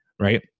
Right